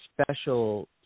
special